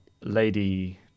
lady